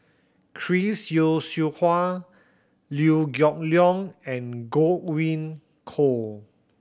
Chris Yeo Siew Hua Liew Geok Leong and Godwin Koay